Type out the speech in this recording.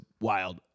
wild